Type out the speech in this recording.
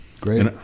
Great